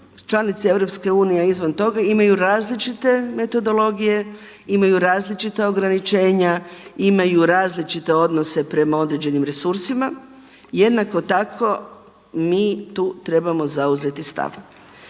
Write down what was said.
članice EU izvan toga imaju različite metodologije, imaju različita ograničenja, imaju različite odnose prema određenim resursima. Jednako tako mi u tu trebamo zauzeti stav.